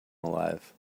alive